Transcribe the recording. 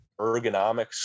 ergonomics